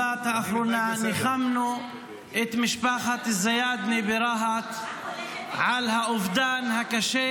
האחרון ניחמנו את משפחת זיאדנה ברהט על האובדן הקשה